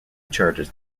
charges